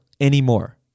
anymore